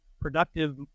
productive